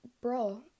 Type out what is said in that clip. bro